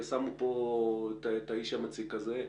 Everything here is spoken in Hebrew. שמו פה את האיש המציק הזה,